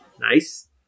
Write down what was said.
Nice